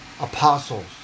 apostles